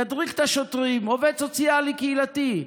ידריך את השוטרים עובד סוציאלי קהילתי,